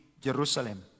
Jerusalem